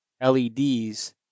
LEDs